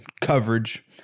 coverage